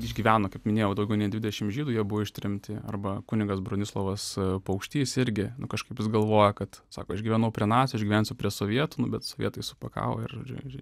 išgyveno kaip minėjau daugiau nei dvidešim žydų jie buvo ištremti arba kunigas bronislovas paukštys irgi nu kažkaip jis galvojo kad sako aš gyvenau prie nacių išgyvensiu prie sovietų bet sovietai supakavo ir ir